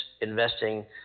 investing